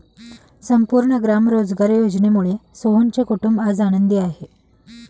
संपूर्ण ग्राम रोजगार योजनेमुळे सोहनचे कुटुंब आज आनंदी आहे